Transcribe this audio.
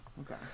okay